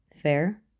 Fair